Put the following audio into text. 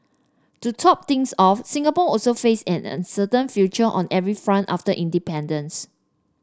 to top things off Singapore also faced an uncertain future on every front after independence